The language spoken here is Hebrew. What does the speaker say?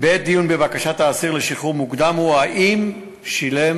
בעת דיון בבקשת האסיר לשחרור מוקדם הוא האם שילם